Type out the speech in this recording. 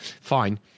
Fine